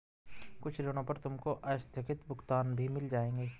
कुछ ऋणों पर तुमको आस्थगित भुगतान भी मिल जाएंगे